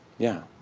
yeah.